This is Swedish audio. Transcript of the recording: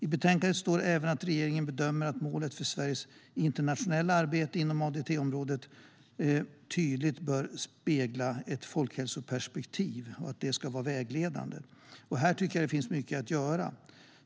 I betänkandet står även att regeringen bedömer att målet för Sveriges internationella arbete inom ANDT-området tydligt bör spegla att folkhälsoperspektivet ska vara vägledande. Här finns det mycket att göra.